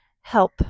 help